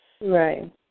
Right